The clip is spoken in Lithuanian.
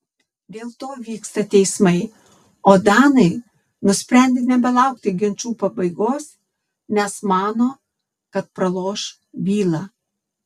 dėl to vyksta teismai o danai nusprendė nebelaukti ginčų pabaigos nes mano kad praloš bylą